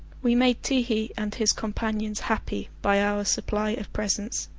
we made ti-hi and his companions happy by our supply of presents,